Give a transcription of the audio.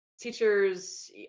Teachers